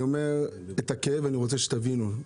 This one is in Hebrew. את הכאב אני רוצה שתבינו,